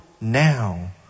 now